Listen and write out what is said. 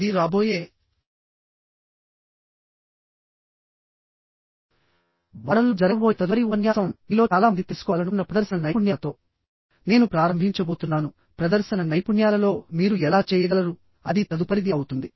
ఇది రాబోయే వారంలో జరగబోయే తదుపరి ఉపన్యాసంమీలో చాలా మంది తెలుసుకోవాలనుకున్న ప్రదర్శన నైపుణ్యాలతో నేను ప్రారంభించబోతున్నాను ప్రదర్శన నైపుణ్యాలలో మీరు ఎలా చేయగలరు అది తదుపరిది అవుతుంది